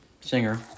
singer